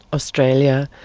australia,